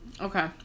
Okay